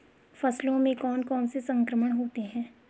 फसलों में कौन कौन से संक्रमण होते हैं?